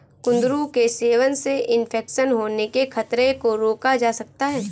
कुंदरू के सेवन से इन्फेक्शन होने के खतरे को रोका जा सकता है